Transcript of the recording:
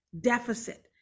deficit